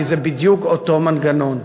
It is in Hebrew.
כי זה בדוק אותו מנגנון.